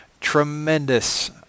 tremendous